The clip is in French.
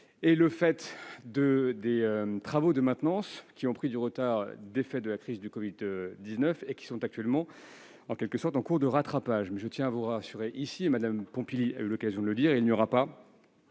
est le fait de travaux de maintenance qui ont pris du retard à cause de la crise du covid-19 et sont actuellement en cours de rattrapage. Je tiens à vous rassurer toutefois, et Mme Pompili a eu l'occasion de le dire, il n'y aura pas